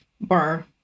bar